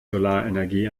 solarenergie